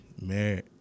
Married